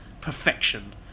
perfection